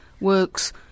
works